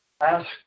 ask